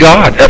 God